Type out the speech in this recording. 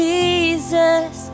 Jesus